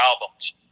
albums